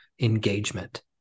engagement